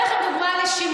אני אתן לכם דוגמה לשינויים.